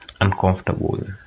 uncomfortable